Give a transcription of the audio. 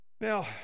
Now